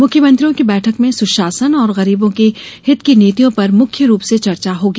मुख्यमंत्रियों की बैठक में सुशासन और गरीबों के हित की नीतियों पर मुख्य रूप से चर्चा होगी